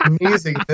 amazing